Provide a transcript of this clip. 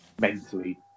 mentally